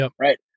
right